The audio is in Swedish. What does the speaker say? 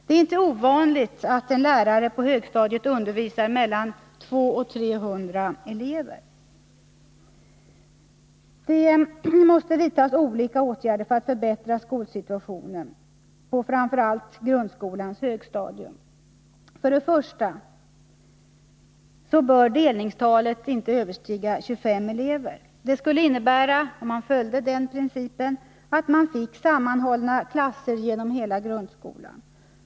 Det är inte ovanligt att en lärare på högstadiet undervisar mellan 200 och 300 elever. Det måste vidtas olika åtgärder för att förbättra skolsituationen på framför allt grundskolans högstadium. För det första bör delningstalet inte överstiga 25 elever. Om man följde den principen skulle det innebära att man fick sammanhållna klasser genom hela grundskolan.